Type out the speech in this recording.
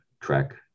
track